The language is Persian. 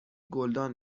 گلدان